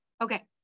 Okay